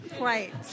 Right